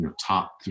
top